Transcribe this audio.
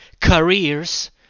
careers